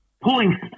pulling